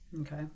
okay